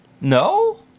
No